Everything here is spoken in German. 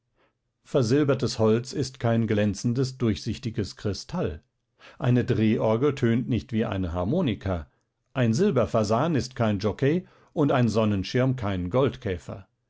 versilbertes holz ist kein glänzendes durchsichtiges kristall eine drehorgel tönt nicht wie eine harmonika ein silberfasan ist kein jockei und ein sonnenschirm kein